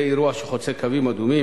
זה אירוע שחוצה קווים אדומים.